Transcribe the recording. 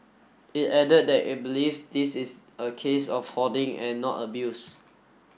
it added that it believes this is a case of hoarding and not abuse